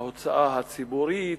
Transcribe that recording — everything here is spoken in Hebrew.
ההוצאה הציבורית,